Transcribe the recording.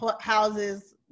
houses